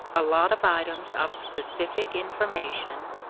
a lot of items of specific information,